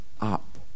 up